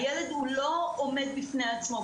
הילד לא עומד בפני עצמו.